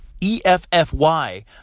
E-F-F-Y